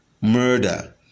murder